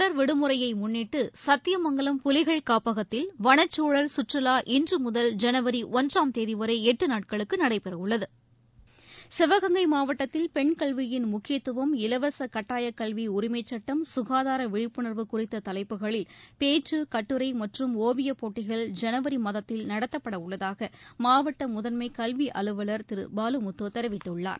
தொடர் விடுமுறையை முன்னிட்டு சத்தியமங்கலம் புலிகள் காப்பகத்தில் வனச்சூழல் சுற்றுவா இன்று முதல் ஜனவரி ஒன்றாம் தேதி வரை எட்டு நாட்களுக்கு நடைபெறவுள்ளது சிவகங்கை மாவட்டத்தில் பெண் கல்வியின் முக்கியத்துவம் இலவச கட்டாயக்கல்வி உரிமைச்சட்டம் சுகாதார விழிப்புணர்வு குறித்த தலைப்புகளில் பேச்சு கட்டூரை மற்றும் ஒவியப்போட்டிகள் ஜனவரி மாதத்தில் நடத்தப்படவுள்ளதாக மாவட்ட முதன்மை கல்வி அலுவலர் திரு பாலுமுத்து தெரிவித்துள்ளார்